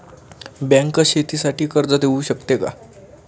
Bank शेतीसाठी कर्ज देऊ शकते का?